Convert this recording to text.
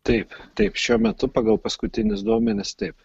taip taip šiuo metu pagal paskutinius duomenis taip